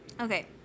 Okay